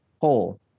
whole